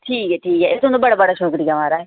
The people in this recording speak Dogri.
ठीक ऐ ठीक ऐ एह् तुं'दा बड़ा बड़ा शुक्रिया महाराज